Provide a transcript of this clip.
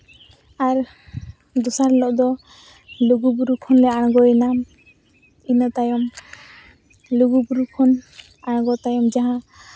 ᱟᱨ ᱫᱚᱥᱟᱨ ᱦᱤᱞᱳᱜ ᱫᱚ ᱞᱩᱜᱩᱼᱵᱩᱨᱩ ᱠᱷᱚᱱᱞᱮ ᱟᱬᱜᱚᱭᱮᱱᱟ ᱤᱱᱟᱹ ᱛᱟᱭᱚᱢ ᱞᱩᱜᱩᱼᱵᱩᱨᱩ ᱠᱷᱚᱱ ᱟᱬᱜᱚ ᱛᱟᱭᱚᱢ ᱡᱟᱦᱟᱸ